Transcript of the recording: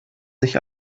sich